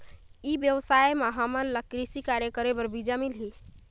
ई व्यवसाय म हामन ला कृषि कार्य करे बर बीजा मिलही?